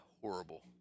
horrible